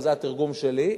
אבל זה התרגום שלי.